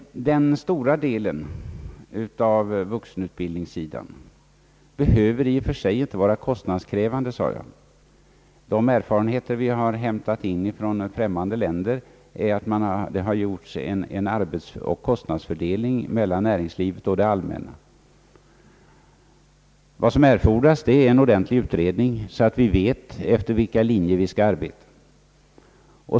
En stor del av vuxenutbildningen behöver i och för sig inte vara kostnadskrävande. De erfarenheter vi har hämtat in från främmande länder visar, att det har gjorts en arbetsoch kostnadsfördelning mellan näringslivet och det allmänna. Vad som erfordras är en ordentlig utredning, så att vi vet efter vilka linjer vi skall arbeta.